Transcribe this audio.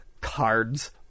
cards